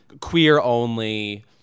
queer-only